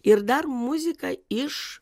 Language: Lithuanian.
ir dar muzika iš